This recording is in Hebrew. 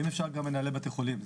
ואם אפשר גם מנהלי בתי חולים.